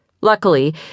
Luckily